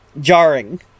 jarring